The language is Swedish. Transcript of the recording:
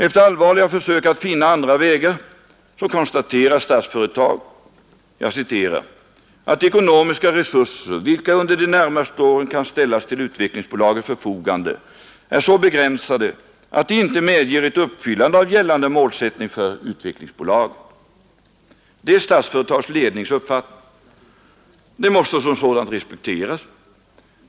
Efter allvarliga försök att finna andra vägar måste därför Statsföretag ”konstatera att de ekonomiska resurser vilka under de närmaste åren kan ställas till utvecklingsbolagets förfogande är så begränsade att de inte medger ett uppfyllande av gällande målsättning för utvecklingsbolaget.” Det är Statsföretags lednings uppfattning och måste som sådan respekteras.